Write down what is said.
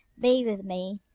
be with me!